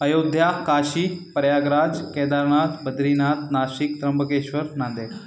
Ayodhya Kashi Prayagraj Kedarnath Badrinath Nashik Trimbakeshwar Nanded